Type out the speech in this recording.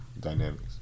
Dynamics